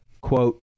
quote